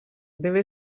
deve